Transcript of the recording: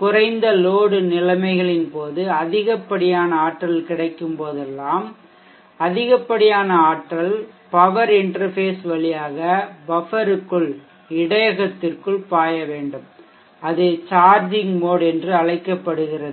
குறைந்த லோடு நிலைமைகளின் போது அதிகப்படியான ஆற்றல் கிடைக்கும்போதெல்லாம் அதிகப்படியான ஆற்றல் பவர் இன்டெர்ஃபேஷ் வழியாக பஃப்பெர்க்குள் இடையகத்திற்குள் பாய வேண்டும் அது சார்ஜிங் மோட் என்று அழைக்கப்படுகிறது